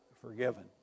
forgiven